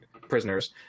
prisoners